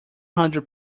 hundred